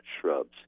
shrubs